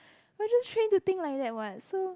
why just change the thing like that what so